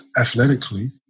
athletically